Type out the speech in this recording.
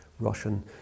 russian